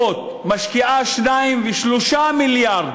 תרופות משקיעה 2 ו-3 מיליארד,